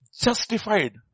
justified